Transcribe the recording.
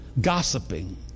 Gossiping